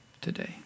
today